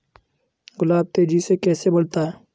गुलाब तेजी से कैसे बढ़ता है?